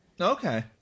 Okay